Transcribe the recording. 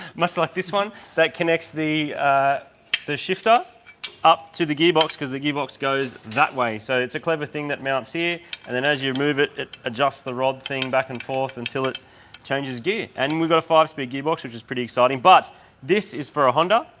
much like this one that connects the ah the shifter up to the gearbox. cause the gearbox goes that way. so it's a clever thing that mounts here and and as you move it it adjusts the rod thing back and forth until it changes gear. and we got a five speed gearbox, which is pretty exciting. but this is for a honda.